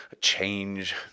change